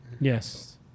Yes